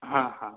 हाँ हाँ